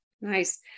Nice